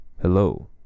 Hello